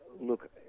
Look